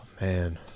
Man